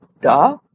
duh